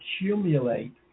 accumulate